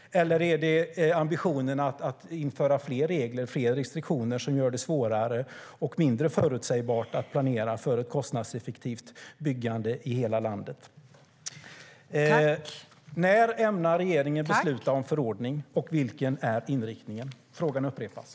Eller är ambitionen att införa fler regler, fler restriktioner som gör det svårare och mindre förutsägbart att planera för kostnadseffektivt byggande i hela landet?